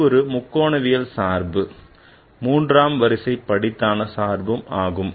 இது ஒரு முக்கோணவியல் சார்பு மூன்றாம் வரிசை ஒருபடித்தான சார்பு ஆகும்